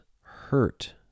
hurt